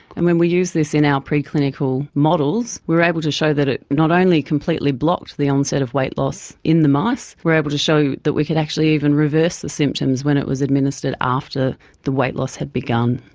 and when we use this in our preclinical models we were able to show that it not only completely blocked the onset of weight loss in the mice, we were able to show that we could actually even reverse the symptoms when it was administered after the weight loss had begun.